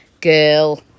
girl